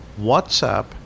WhatsApp